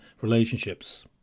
relationships